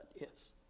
yes